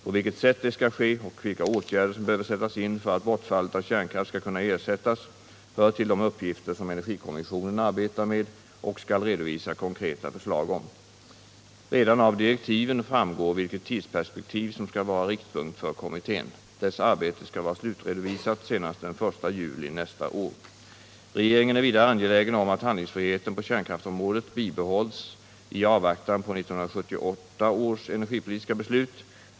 På vilket sätt det skall ske och vilka åtgärder som behöver sättas in för att bortfallet av kärnkraft skall kunna ersättas hör till de uppgifter som energikommissionen arbetar med och skall redovisa konkreta förslag om. Redan av direktiven framgår vilket tidsperspektiv som skall vara riktpunkt för kommittén. Dess arbete skall vara slutredovisat senast den 1 juli nästa år. Regeringen är vidare angelägen om att handlingsfriheten på kärnkraftsområdet bibehålls i avvaktan på 1978 års energipolitiska beslut.